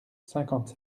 cinquante